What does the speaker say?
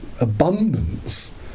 abundance